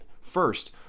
First